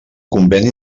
conveni